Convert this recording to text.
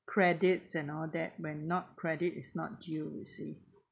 credits and all that when not credit is not you you see